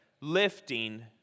lifting